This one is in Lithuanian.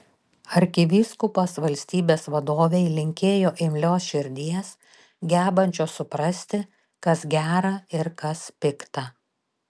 arkivyskupas valstybės vadovei linkėjo imlios širdies gebančios suprasti kas gera ir kas pikta